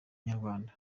inyarwanda